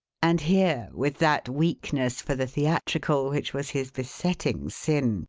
and here with that weakness for the theatrical which was his besetting sin,